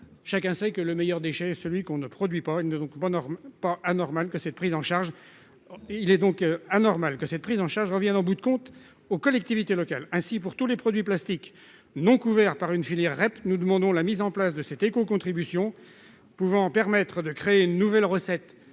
Chacun sait que le meilleur déchet est celui que l'on ne produit pas. Il est donc anormal que cette prise en charge revienne, au bout de compte, aux collectivités locales. Ainsi, pour tous les produits plastiques non couverts par une filière REP, nous demandons la mise en place de cette écocontribution susceptible de permettre de créer une nouvelle recette